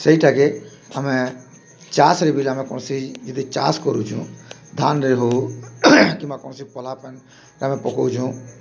ସେଇଟାକେ ଆମେ ଚାଷ୍ରେ ବି ହେଲେ ଆମେ କୌଣ୍ସି ଯଦି ଚାଷ୍ କରୁଛୁଁ ଧାନ୍ରେ ହଉ କିମ୍ବା କୌଣସି ପହ୍ଲା ପାଏନ୍ ରେ ଆମେ ପକଉଛୁଁ